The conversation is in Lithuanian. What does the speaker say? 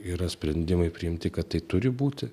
yra sprendimai priimti kad tai turi būti